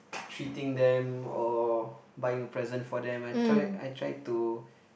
treating them or buying present for them I try I try to